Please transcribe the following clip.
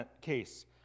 case